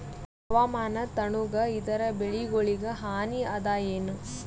ಹವಾಮಾನ ತಣುಗ ಇದರ ಬೆಳೆಗೊಳಿಗ ಹಾನಿ ಅದಾಯೇನ?